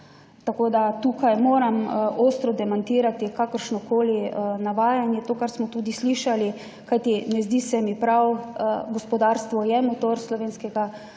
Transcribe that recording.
Tukaj moram ostro demantirati kakršnokoli navajanje, to kar smo tudi slišali. Kajti, ne zdi se mi prav, gospodarstvo je motor slovenskega